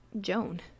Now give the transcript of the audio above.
joan